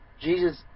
Jesus